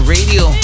Radio